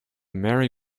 merry